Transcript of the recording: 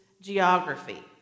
geography